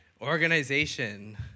organization